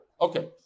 Okay